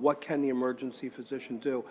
what can the emergency physician do?